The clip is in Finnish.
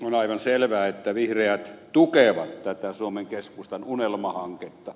on aivan selvä että vihreät tukevat tätä suomen keskustan unelmahanketta